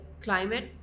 climate